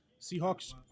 Seahawks